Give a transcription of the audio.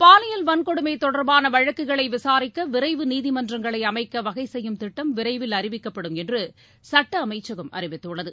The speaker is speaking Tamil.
பாலியல் வன்கொடுமை தொடர்பான வழக்குகளை விசாரிக்க விரைவு நீதிமன்றங்களை அமைக்க வகை செய்யும் திட்டம் விரைவில் அறிவிக்கப்படும் என்று சட்ட அமைச்சகம் அறிவித்துள்ளது